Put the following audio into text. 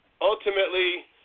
ultimately